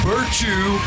Virtue